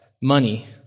money